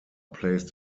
placed